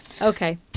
Okay